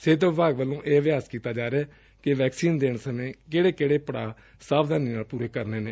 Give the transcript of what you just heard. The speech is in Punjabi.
ਸਿਹਤ ਵਿਭਾਗ ਵੱਲੋ ਇਹ ਅਭਿਆਸ ਕੀਤਾ ਜਾ ਰਿਹੈ ਕਿ ਵੈਕਸੀਨ ਦੇਣ ਸਮੇ ਕਿਹੜੇ ਕਿਹੜੇ ਪੜਾਅ ਸਾਵਧਾਨੀ ਨਾਲ ਪੁਰੇ ਕਰਨੇ ਨੇ